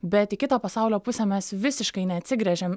bet į kitą pasaulio pusę mes visiškai neatsigręžiam